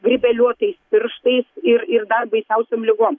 grybeliuotais pirštais ir ir dar baisiausiom ligom